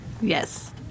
Yes